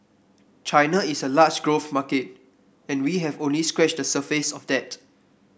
China is a large growth market and we have only scratched the surface of that